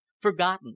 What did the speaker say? forgotten